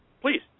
Please